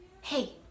Hey